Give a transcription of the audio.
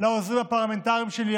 לעוזרים הפרלמנטריים שלי,